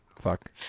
fuck